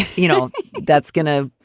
you know that's going to.